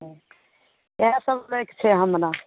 इएह सब लै के छै हमरा